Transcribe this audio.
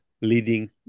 leading